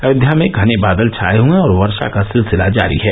अयोव्या में घने बादल छाये हये हैं और वर्षा का सिलसिला जारी है